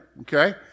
Okay